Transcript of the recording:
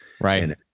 right